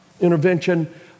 intervention